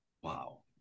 Wow